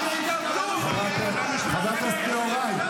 חוק השתמטות אתם מעבירים.